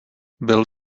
byl